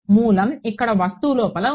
మూలం ఇక్కడ వస్తువు లోపల ఉంది